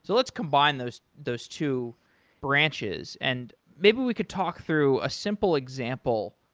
so let's combine those those two branches, and maybe we could talk through a simple example,